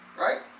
right